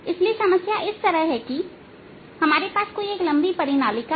इसलिए समस्या इस तरह है कि हमारे पास कोई एक लंबी परिनालिका है